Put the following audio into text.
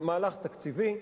מהלך תקציבי,